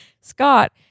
scott